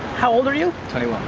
how old are you? twenty one.